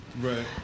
right